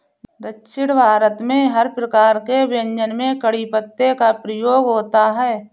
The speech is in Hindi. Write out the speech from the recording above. दक्षिण भारत में हर प्रकार के व्यंजन में कढ़ी पत्ते का प्रयोग होता है